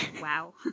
wow